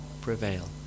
prevail